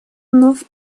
вновь